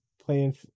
playing